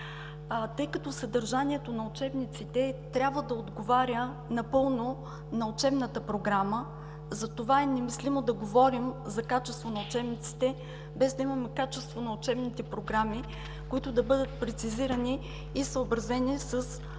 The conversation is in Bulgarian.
Тъй като съдържанието на учебниците трябва да отговаря напълно на учебната програма, затова е немислимо да говорим за качество на учебниците, без да имаме качество на учебните програми, които да бъдат прецизирани и съобразени с